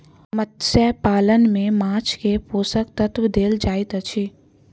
मत्स्य पालन में माँछ के पोषक तत्व देल जाइत अछि